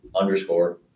underscore